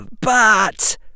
but